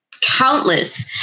countless